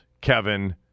Kevin